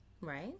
Right